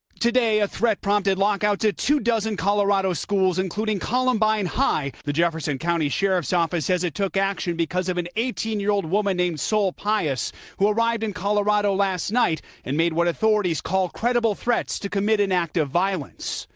today a threat prompted lockouts at two dozen colorado schools, including columbine high, the jefferson county sheriff's office says it took action because of an eighteen year old woman named sol pais who arrived in colorado last night and made what authorities call credible threats to commit an act of violence.